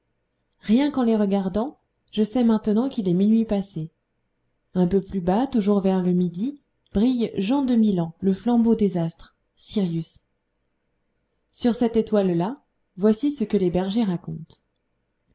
rien qu'en les regardant je sais maintenant qu'il est minuit passé un peu plus bas toujours vers le midi brille jean de milan le flambeau des astres sirius sur cette étoile là voici ce que les bergers racontent